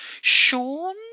Sean